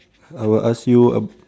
I will ask you ab~